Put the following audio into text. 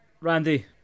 Randy